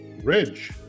Ridge